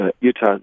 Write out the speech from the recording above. Utah